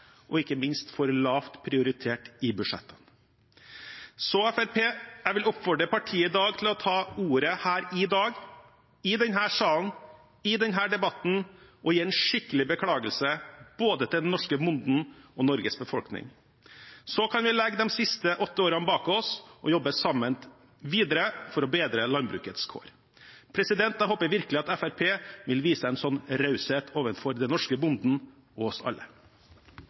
og ikke minst for lavt prioritert i budsjettene. Jeg vil oppfordre Fremskrittspartiet til å ta ordet her i dag, i denne salen, i denne debatten og gi en skikkelig beklagelse både til den norske bonden og til Norges befolkning. Så kan vi legge de siste åtte årene bak oss og jobbe sammen videre for å bedre landbrukets kår. Jeg håper virkelig at Fremskrittspartiet vil vise en sånn raushet overfor den norske bonden og oss alle.